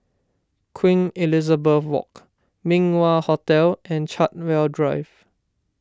Queen Elizabeth Walk Min Wah Hotel and Chartwell Drive